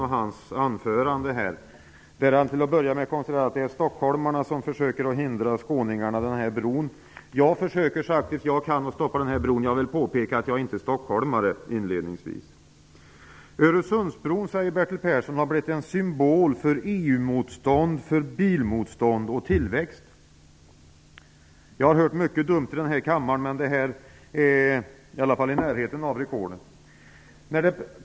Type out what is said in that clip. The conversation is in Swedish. Han konstaterade i sitt anförande att stockholmarna försöker hindra skåningarna från att få Örersundsbron byggd. Även jag försöker stoppa denna bro, och jag vill inledningsvis påpeka att jag inte är stockholmare. Öresundsbron har, säger Bertil Persson, blivit en symbol för motstånd mot EU, bilar och tillväxt. Jag har hört mycket dumt i denna kammare, men detta är i varje fall i närheten av ett rekord.